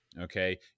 okay